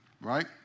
right